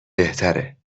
بهتره